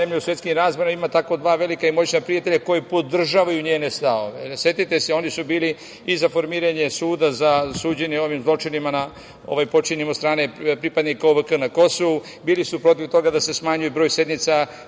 zemlja u svetskim razmerama ima tako dva velika i moćna prijatelja koji podržavaju njene stavove. Setite